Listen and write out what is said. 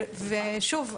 ושוב,